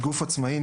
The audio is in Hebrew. היא גוף עצמאי.